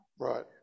Right